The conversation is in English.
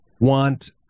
want